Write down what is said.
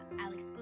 Alex